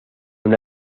una